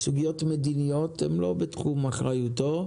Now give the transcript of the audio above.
סוגיות מדיניות הם לא בתחום אחריותו,